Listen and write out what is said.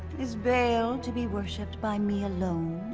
is baal to be worshipped by me alone,